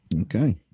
Okay